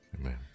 Amen